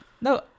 No